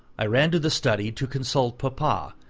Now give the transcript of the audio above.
i ran to the study to consult papa,